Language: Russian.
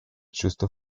чувство